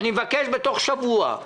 אני מבקש בתוך שבוע.